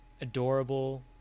adorable